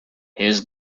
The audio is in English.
his